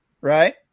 right